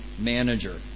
manager